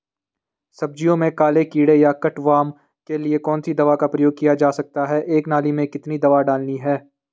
सब्जियों में काले कीड़े या कट वार्म के लिए कौन सी दवा का प्रयोग किया जा सकता है एक नाली में कितनी दवा डालनी है?